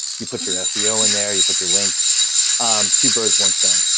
you put your yeah seo in there, you put your links two birds, one stone.